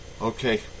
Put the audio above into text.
Okay